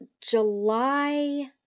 July